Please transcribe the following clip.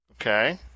Okay